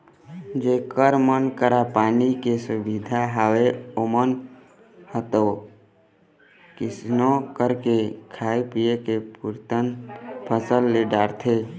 जेखर मन करा पानी के सुबिधा हवय ओमन ह तो कइसनो करके खाय पींए के पुरतन फसल ले डारथे